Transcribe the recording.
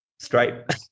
Stripe